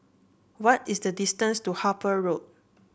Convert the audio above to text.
what is the distance to Harper Road